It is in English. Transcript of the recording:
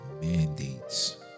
mandates